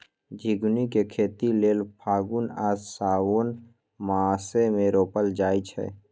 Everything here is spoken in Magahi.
झिगुनी के खेती लेल फागुन आ साओंन मासमे रोपल जाइ छै